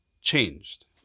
changed